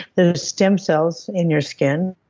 the stem cells in your skin